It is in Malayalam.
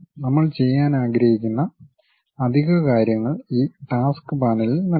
നമ്മൾ ചെയ്യാൻ ആഗ്രഹിക്കുന്ന അധിക കാര്യങ്ങൾ ഈ ടാസ്ക് പാനലിൽ നൽകും